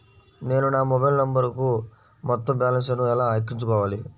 నేను నా మొబైల్ నంబరుకు మొత్తం బాలన్స్ ను ఎలా ఎక్కించుకోవాలి?